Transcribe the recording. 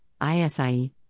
ISIE